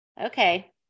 Okay